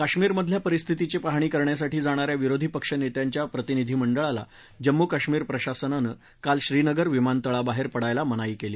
कश्मीरमधल्या परिस्थितीची पाहणी करण्यासाठी जाणा या विरोधी पक्षनेत्यांच्या प्रतिनिधीमंडळाला जम्मू कश्मीर प्रशासनानं काल श्रीनगर विमानतळाबाहेर पडायला मनाई केली